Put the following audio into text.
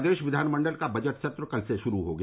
प्रदेश विधानमंडल का बजट सत्र कल से शुरू हो गया